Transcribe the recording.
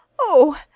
Oh